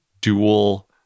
dual